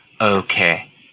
okay